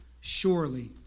Surely